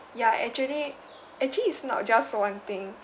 ya actually actually it's not just one thing